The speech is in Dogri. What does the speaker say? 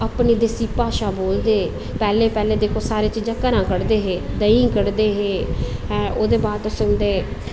अपनी देस्सी भाशा बोलदे पैह्लें पैह्लें दिक्खो सारी चीजां घरा दा कड्डदे हे देहीं कड्डदे हे ओह्दै बाद तुस उं'दे